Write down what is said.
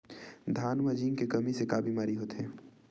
धान म जिंक के कमी से का बीमारी होथे?